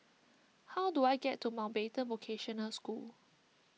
how do I get to Mountbatten Vocational School